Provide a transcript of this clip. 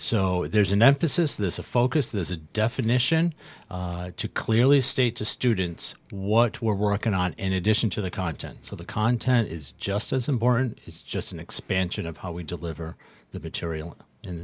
so there's an emphasis this a focus there's a definition to clearly state to students what we're working on in addition to the contents of the content is just as important it's just an expansion of how we deliver the material